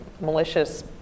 malicious